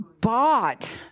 bought